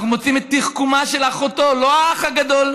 אנחנו מוצאים את תחכומה של אחותו, לא האח הגדול